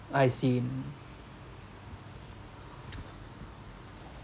I seen